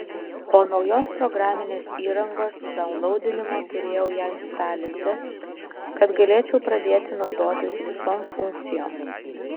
po naujos programinės įrangos daunlaudinimo turėjau ją instalinti kad galėčiau pradėti naudotis visom funkcijom